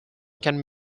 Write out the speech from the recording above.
can